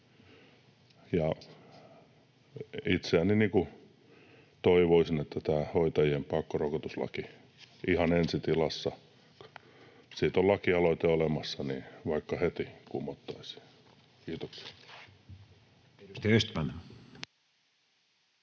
Itse toivoisin, että tämä hoitajien pakkorokotuslaki ihan ensi tilassa — siitä on lakialoite olemassa — tai vaikka heti kumottaisiin. — Kiitoksia.